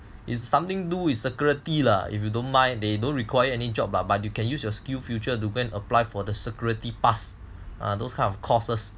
is something do with security lah if you don't mind they don't require any job but you can use your SkillsFuture to go and apply for the security pass or those kind of courses